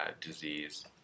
disease